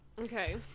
Okay